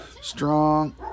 strong